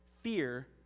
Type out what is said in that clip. fear